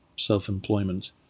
self-employment